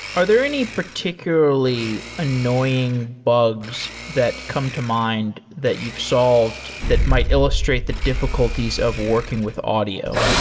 are there any particularly annoying bugs that come to mind that you've solved, that might illustrate the diffi culties of working with audio?